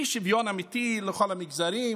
משוויון אמיתי לכל המגזרים